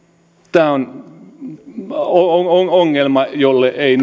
tämä on ongelma jolle ei